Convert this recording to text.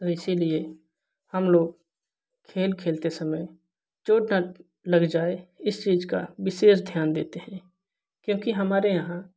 इसीलिए हम लोग खेल खेलते समय चोट न लग जाए इस चीज का विशेष ध्यान देते हैं क्योंकि हमारे यहाँ